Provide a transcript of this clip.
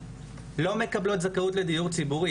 לא מקבלות זכאות לדיור ציבורי,